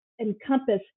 encompass